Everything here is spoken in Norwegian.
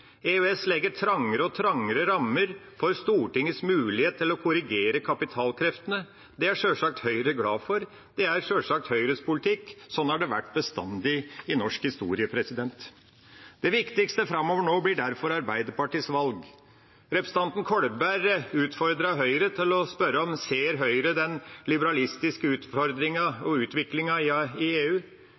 EØS legger trangere og trangere rammer for Stortingets mulighet til å korrigere kapitalkreftene. Det er sjølsagt Høyre glad for. Det er sjølsagt Høyres politikk. Sånn har det vært bestandig i norsk historie. Det viktigste framover nå blir derfor Arbeiderpartiets valg. Representanten Kolberg utfordret Høyre ved å spørre: Ser Høyre den liberalistiske utfordringen og utviklingen i EU? Jeg kan jo spørre: Ser Arbeiderpartiet den liberalistiske utviklingen i EU,